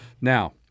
Now